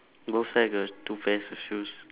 both side got two pairs of shoes